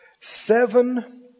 seven